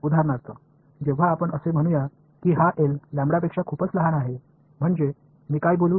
उदाहरणार्थ जेव्हा आपण असे म्हणूया की हा एल पेक्षा खूपच लहान आहे म्हणजे मी काय बोलू